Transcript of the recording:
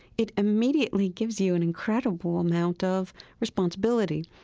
it immediately gives you an incredible amount of responsibility.